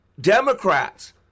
Democrats